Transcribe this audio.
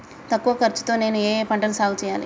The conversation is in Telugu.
తక్కువ ఖర్చు తో నేను ఏ ఏ పంటలు సాగుచేయాలి?